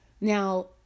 Now